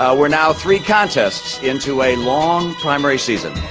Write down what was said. ah we're now three contests into a long primary season.